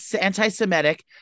anti-Semitic